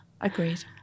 Agreed